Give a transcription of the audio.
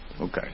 Okay